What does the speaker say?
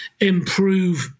improve